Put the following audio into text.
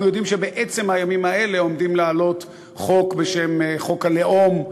אנחנו יודעים שבעצם הימים האלה עומדים להעלות חוק בשם חוק הלאום,